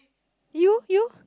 you you